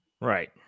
right